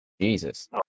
Jesus